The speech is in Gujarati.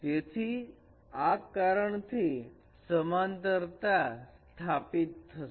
તેથી આ કારણથી આ સમાંતરતા સ્થાપીત થશે